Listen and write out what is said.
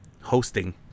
hosting